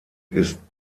ist